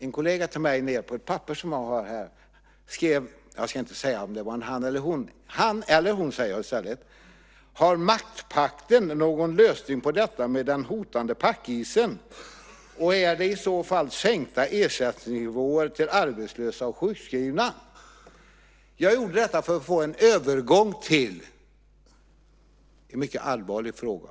En kollega skrev på ett papper som jag har här - jag ska inte säga om det var han eller hon. Han eller hon skriver i alla fall: Har maktpakten någon lösning på detta med den hotande packisen, och är det i så fall sänkta ersättningsnivåer till arbetslösa och sjukskrivna? Jag gör så här för att få en övergång till en mycket allvarlig fråga.